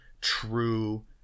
true